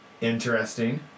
interesting